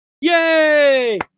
yay